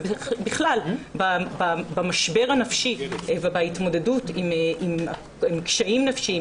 ובכלל במשבר הנפשי ובהתמודדות עם קשיים נפשיים,